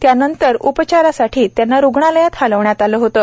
त्यानंतर उपचारांसाठी त्यांना रुग्णालयात हलवण्यात आलं होतं